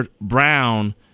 Brown